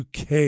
UK